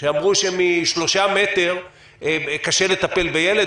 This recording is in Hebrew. שאמרו שמ-3 מטר קשה לטפל בילד,